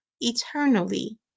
eternally